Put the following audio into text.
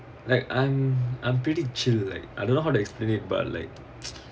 like I'm I'm pretty chill like I don't know how to explain it but like